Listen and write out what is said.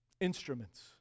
Instruments